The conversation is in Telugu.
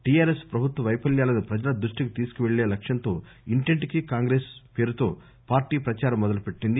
టిఆర్ఎస్ ప్రభుత్వ వైఫల్యాలను ప్రజల దృష్టికి తీసుకువెళ్ళే లక్ష్యంతో ఇంటింటికీ కాంగ్రెస్ పేరుతో పార్టీ ప్రచారం మొదలుపెట్టింది